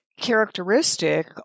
characteristic